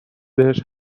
بهش